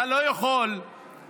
אתה לא יכול היום,